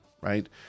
Right